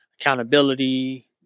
accountability